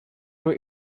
were